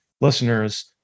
listeners